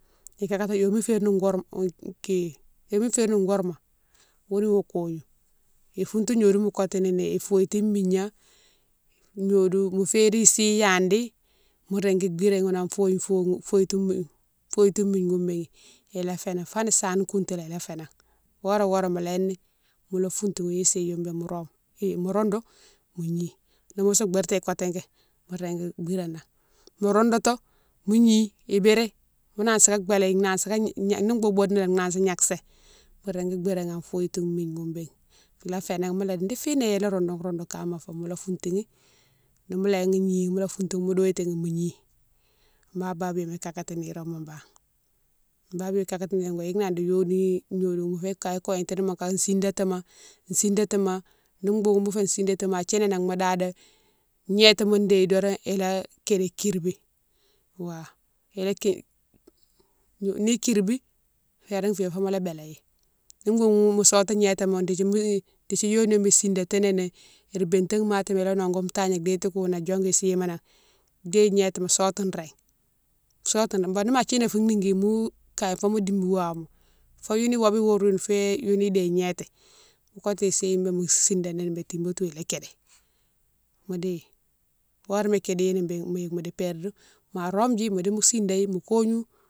Ikakati yomé férine kourma ki yomé férine kourma ghounne iwa kognou ifountou gnodiou mo kotouni ni ifoye toune migna, gnodiou mo férine si yadi mo régui biréghi ghounne a foyine foyine foye toune migni ghoune béghine ila fénan foni sane koutoulan ila fénan horé horé mo léni mola fountou youne sighoune béne mo rome, mo roundou mo gni, ni mosi bertéghi kotéké mo régui biranan, mo roundoutou mo gni ibiri mo nansi ka béléghi, nansi ka ni boude boude nalé nansi gnaksé mo régui biranan an foye toune migni ghoune béne la fénan mola di finan ila roundou, roundou kama fé mola fountoughi nimo léni gnighi mola fountoughi mo douiltouni mo gni, bane babiyoma ikakati niroma bane, go yike nani di yoni gnodioune mfé kaye kouyatini mo kane sidatima, sidatima ni boughoune mofé sidatima ma thini nan mo dadé, gnétima déye doron ila kidi kirbi wa, ila kibi. Ni kirbi féran fiyé fo mola béléghi, ni boughoune mo sotou gnétima dékdi mo, dékdi yoni yoma sidatini ni, bintéghi matima ila nogoutou tagna déti kounan diongou isima nan, déye gnétima sotou ring, sotouni bon nima thini fou nikighi mo kaye fo mo dibi wama fou younou wobe iwourou ghoune fé younou déye gnété mo kotou isi youne mo sidéni tibatou ila kidi, mo déye fo horéma kidi béne mo yike modi perdi, ma rome dji mo di mo sidéyi mo kogno.